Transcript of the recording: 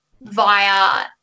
via